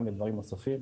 גם לדברים נוספים.